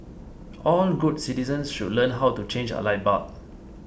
all good citizens should learn how to change a light bulb